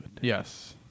Yes